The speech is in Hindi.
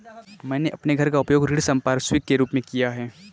मैंने अपने घर का उपयोग ऋण संपार्श्विक के रूप में किया है